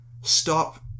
stop